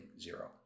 Zero